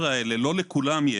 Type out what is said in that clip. לכולם יש,